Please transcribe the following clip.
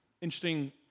interesting